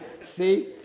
See